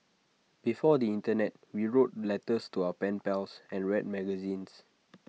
before the Internet we wrote letters to our pen pals and read magazines